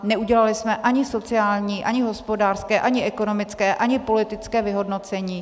Neudělali jsme ani sociální, ani hospodářské, ani ekonomické, ani politické vyhodnocení.